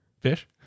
fish